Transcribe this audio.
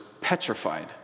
petrified